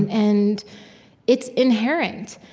and it's inherent.